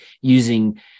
using